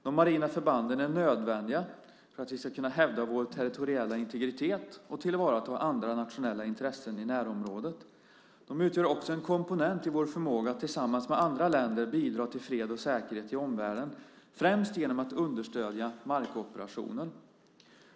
De marina förbanden är nödvändiga för att vi ska kunna hävda vår territoriella integritet och tillvarata andra nationella intressen i närområdet. De utgör också en komponent i vår förmåga att tillsammans med andra länder bidra till fred och säkerhet i omvärlden, främst genom att understödja markoperationer.